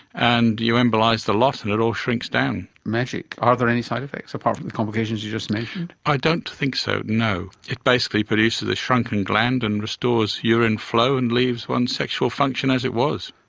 and you embolise the lot and it all shrinks down. magic. are there any side-effects, apart from the complications you just i don't think so, no. it basically produces a shrunken gland and restores urine flow and leaves one's sexual function as it was.